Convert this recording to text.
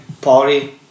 party